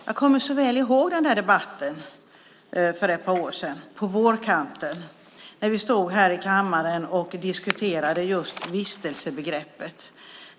Jag kommer så väl ihåg den där debatten på vårkanten för ett par år sedan, när vi stod här i kammaren och diskuterade vistelsebegreppet.